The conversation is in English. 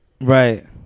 Right